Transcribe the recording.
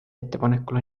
ettepanekul